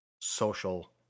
social